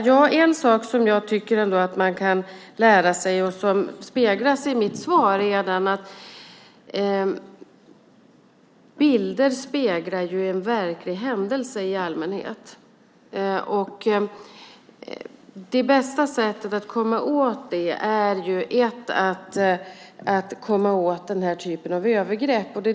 Ja, en sak som jag tycker att man kan lära sig, och som speglas i mitt svar, är att bilder speglar en verklig händelse i allmänhet och att det bästa sättet att komma åt det är att komma åt den här typen av övergrepp.